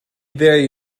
very